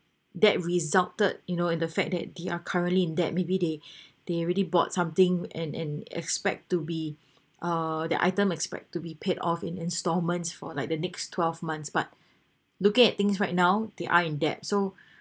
that resulted in the fact that they are currently in debt maybe they they already bought something and and expect to be ah the item expect to be paid off in installments for like the next twelve months but looking at things right now they are in debt so